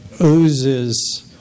oozes